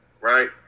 Right